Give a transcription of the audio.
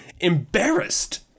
embarrassed